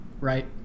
right